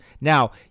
Now